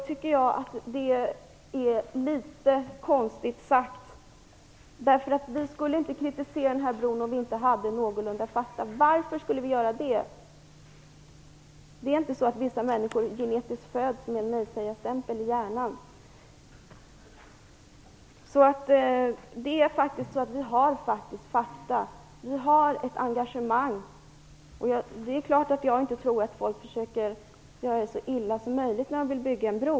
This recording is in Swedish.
Det är litet konstigt sagt. Vi skulle inte kritisera den här bron om vi inte hade någorlunda fakta bakom. Varför skulle vi göra det? Det är inte så att vissa människor föds med en nej-sägarstämpel i hjärnan. Vi har fakta bakom och vi har ett engagemang. Det är klart att jag inte tror att människor vill så illa som möjligt när de vill bygga en bro.